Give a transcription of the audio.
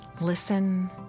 Listen